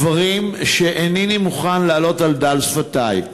דברים שאינני מוכן להעלות על דל שפתי.